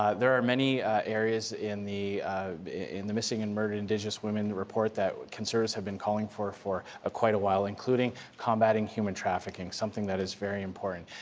ah there are many areas in the in the missing and murdered indigenous women report that conservatives have been calling for for ah quite a while. including combating human trafficking. something that is very important.